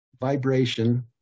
vibration